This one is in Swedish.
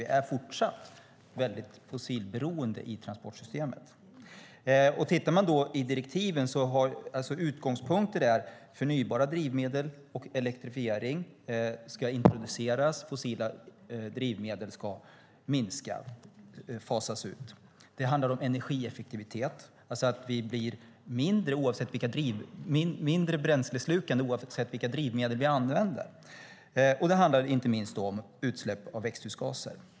Vi är fortsatt fossilberoende i transportsystemet. Om man tittar i direktiven ser man att utgångspunkten är förnybara drivmedel, att elektrifiering ska introduceras och att fossila drivmedel ska minskas och fasas ut. Det handlar om energieffektivitet, det vill säga att vi blir mindre bränsleslukande oavsett vilka drivmedel vi använder. Det handlar inte minst om utsläpp av växthusgaser.